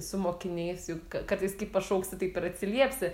su mokiniais juk k kartais kaip pašauksi taip ir atsiliepsi